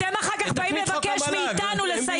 תתקנו את חוק המל"ג.